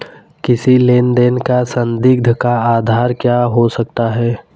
किसी लेन देन का संदिग्ध का आधार क्या हो सकता है?